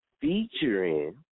featuring